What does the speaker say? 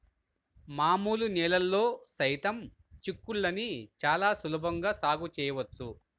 మామూలు నేలల్లో సైతం చిక్కుళ్ళని చాలా సులభంగా సాగు చేయవచ్చు